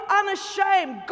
unashamed